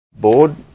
board